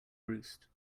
roost